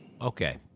Okay